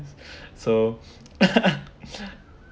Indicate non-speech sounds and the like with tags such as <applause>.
so <laughs>